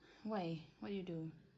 why what did you do